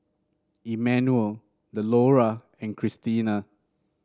Emanuel Delora and Krystina